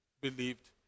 believed